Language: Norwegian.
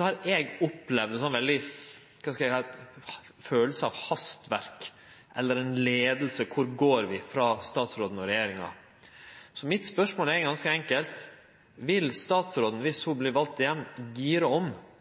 har eg opplevd det som ei veldig kjensle av hastverk eller ei leiing på kvar vi går, frå statsråden og frå regjeringa. Så mitt spørsmål er ganske enkelt: Vil statsråden, dersom ho vert attvald, gire om,